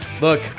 look